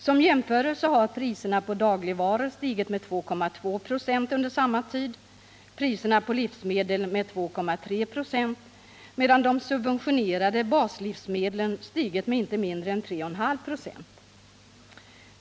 Som jämförelse kan nämnas att priserna på dagligvaror stigit med 2,2 26 under samma tid och priserna på livsmedel med 2,3 26, medan de subventionerade baslivsmedlen stigit med inte mindre än 3,5 26.